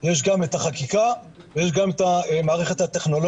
יש גם את החקיקה ויש גם את המערכת הטכנולוגית,